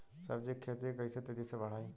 सब्जी के खेती के कइसे तेजी से बढ़ाई?